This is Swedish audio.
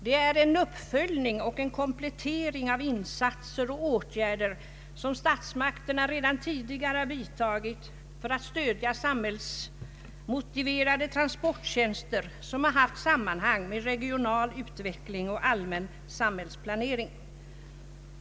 Det är en uppföljning och en komplettering av insatser och åtgärder som statsmakterna redan tidigare vidtagit för att stödja samhällsmotiverade transporttjänster som har haft sammanhang med regional utveckling och allmän samhällsplanering.